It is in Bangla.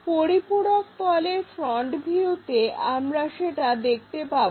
পরিপূরক তলের ফ্রন্ট ভিউতে আমরা সেটা দেখতে পাবো